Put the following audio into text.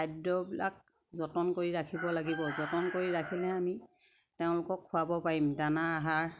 খাদ্যবিলাক যতন কৰি ৰাখিব লাগিব যতন কৰি ৰাখিলে আমি তেওঁলোকক খুৱাব পাৰিম দানা আহাৰ